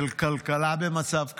של כלכלה במצב קשה,